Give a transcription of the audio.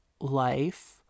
life